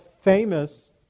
famous